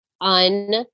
un